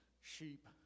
sheep